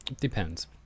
Depends